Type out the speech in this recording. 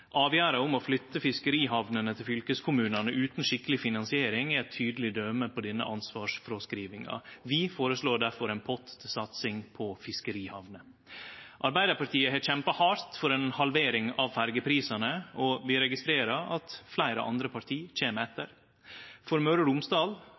om å flytte fiskerihamnene til fylkeskommunane utan skikkeleg finansiering er eit tydeleg døme på denne ansvarsfråskrivinga. Vi føreslår difor ein pott til satsing på fiskerihamner. Arbeidarpartiet har kjempa hardt for ei halvering av ferjeprisane, og vi registrerer at fleire andre parti